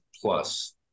plus